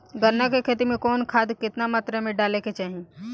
गन्ना के खेती में कवन खाद केतना मात्रा में डाले के चाही?